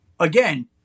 Again